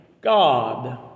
God